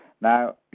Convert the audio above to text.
Now